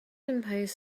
impose